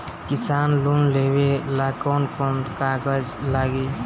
किसान लोन लेबे ला कौन कौन कागज लागि?